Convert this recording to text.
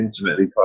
intimately